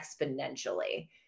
exponentially